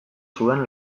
zuen